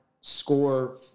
score